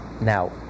now